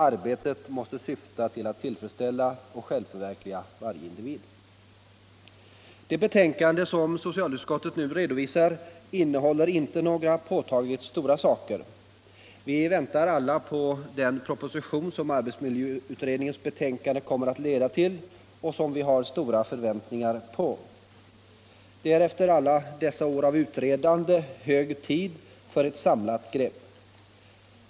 Arbetet måste syfta till tillfredsställelse och självförverkligande för varje individ. Det betänkande som socialutskottet nu avlämnat innehåller inte några påtagligt stora saker. Vi väntar alla på den proposition som arbetsmiljöutredningens betänkande kommer att leda till och som vi har stora förväntningar på. Det är efter alla dessa år av utredande hög tid för ett samlat grepp.